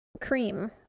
cream